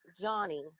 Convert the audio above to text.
Johnny